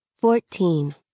Fourteen